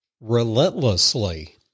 relentlessly